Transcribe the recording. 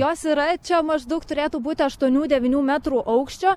jos yra čia maždaug turėtų būti aštuonių devynių metrų aukščio